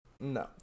No